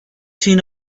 seen